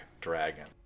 dragon